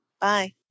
Bye